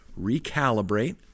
Recalibrate